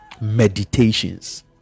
Meditations